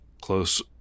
close